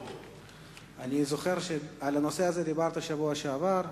אני זוכר שעל הנושא הזה דיברת בשבוע שעבר.